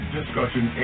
discussion